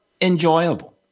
enjoyable